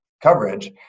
coverage